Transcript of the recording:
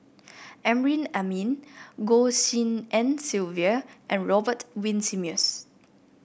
Amrin Amin Goh Tshin En Sylvia and Robert Winsemius